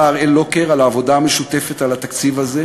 הראל לוקר על העבודה המשותפת על התקציב הזה,